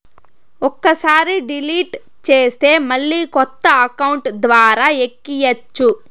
ఒక్కసారి డిలీట్ చేస్తే మళ్ళీ కొత్త అకౌంట్ ద్వారా ఎక్కియ్యచ్చు